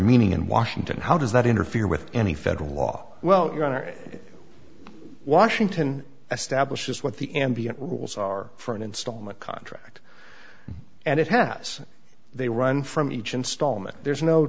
meaning in washington how does that interfere with any federal law well going to washington establishes what the ambient rules are for an installment contract and it has they run from each installment there's no